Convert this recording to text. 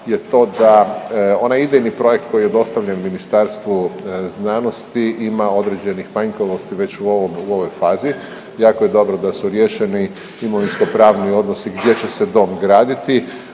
je to da onaj idejni projekt koji je dostavljen Ministarstvu znanosti ima određenih manjkavosti već u ovom, u ovoj fazi. Jako je dobro da su riješeni imovinskopravni odnosi gdje će se dom graditi,